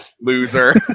Loser